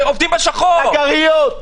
מסגריות,